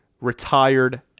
retired